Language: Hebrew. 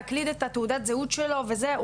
להקליד את תעודת הזהות שלו וזה,